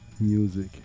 music